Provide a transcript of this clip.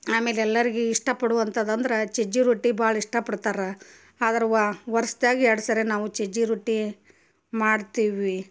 ಆಮೇಲೆ ಎಲ್ಲರ್ಗೆ ಇಷ್ಟಪಡುವಂಥದ್ದು ಅಂದ್ರೆ ಸಜ್ಜಿ ರೊಟ್ಟಿ ಭಾಳ ಇಷ್ಟಪಡ್ತಾರೆ ಆದ್ರೆ ವರ್ಷ್ದಾಗ ಎರಡು ಸಾರೆ ನಾವು ಸಜ್ಜಿ ರೊಟ್ಟಿ ಮಾಡ್ತೀವಿ